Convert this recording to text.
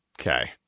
Okay